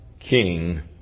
king